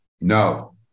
No